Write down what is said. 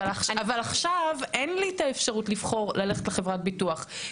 אבל עכשיו אין לי את האפשרות לבחור ללכת לחברת ביטוח,